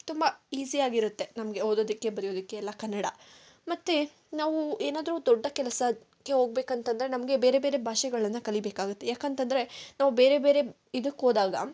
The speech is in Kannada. ತುಂಬ ಈಸಿಯಾಗಿರುತ್ತೆ ನಮಗೆ ಓದೋದಕ್ಕೆ ಬರೆಯೋದಕ್ಕೆ ಎಲ್ಲ ಕನ್ನಡ ಮತ್ತೆ ನಾವು ಏನಾದರೂ ದೊಡ್ಡ ಕೆಲಸಕ್ಕೆ ಹೋಗ್ಬೇಕಂತಂದರೆ ನಮಗೆ ಬೇರೆ ಬೇರೆ ಭಾಷೆಗಳನ್ನು ಕಲಿಬೇಕಾಗುತ್ತೆ ಏಕೆಂತಂದ್ರೆ ನಾವು ಬೇರೆ ಬೇರೆ ಇದಕ್ಕೋದಾಗ